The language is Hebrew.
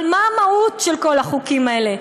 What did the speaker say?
אבל מה המהות של כל החוקים האלה?